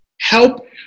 help